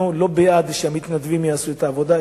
אנחנו לא בעד שהמתנדבים יעשו את העבודה,